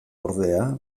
ordea